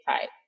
type